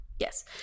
Yes